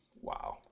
Wow